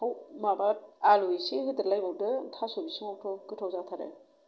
फान्थाव माबा आलु एसे होदेरलायबावदो थास' बिसंआवथ' गोथाव जाथारो